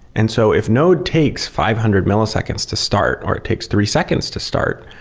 and so if node takes five hundred milliseconds to start or it takes three seconds to start,